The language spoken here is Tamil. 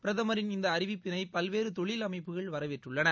பிரதமரின் இந்த அறிவிப்பிளை பல்வேறு தொழில் அமைப்புகள் வரவேற்றுள்ளன